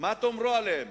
מה תאמרו עליהם?